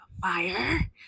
fire